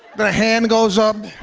but hand goes up.